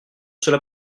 cela